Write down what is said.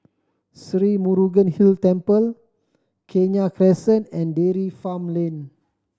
Sri Murugan Hill Temple Kenya Crescent and Dairy Farm Lane